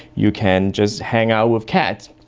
you can just hang out with cats.